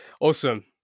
awesome